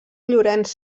llorenç